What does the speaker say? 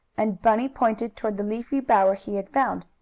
and bunny pointed toward the leafy bower he had found.